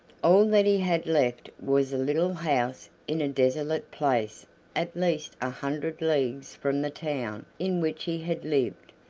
all that he had left was a little house in a desolate place at least a hundred leagues from the town in which he had lived,